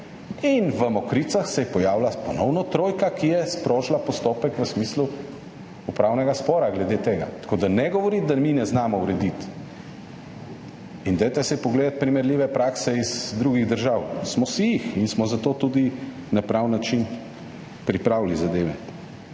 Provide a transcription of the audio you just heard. in v Mokricah se je ponovno pojavila trojka, ki je sprožila postopek v smislu upravnega spora glede tega. Zato ne govoriti, da mi ne znamo urediti, da si naj pogledamo primerljive prakse iz drugih držav, smo si jih pogledali in smo zato tudi na pravi način pripravili zadeve.